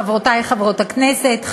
חברותי חברות הכנסת,